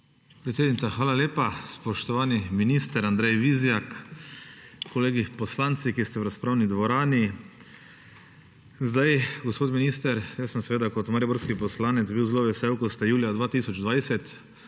hvala lepa. Spoštovani minister Andrej Vizjak, kolegi poslanci, ki ste v razpravni dvorani! Gospod minister, jaz sem seveda kot mariborski poslanec bil zelo vesel, ko ste julija 2020